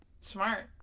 Smart